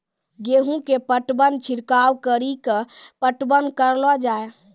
गेहूँ के पटवन छिड़काव कड़ी के पटवन करलो जाय?